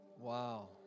Wow